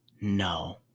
No